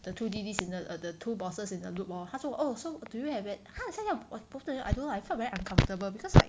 the two D_Ds in the the two bosses in the loop lor 他就 oh so do you have a 他好像要 I don't know I don't know I felt very uncomfortable because like